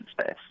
space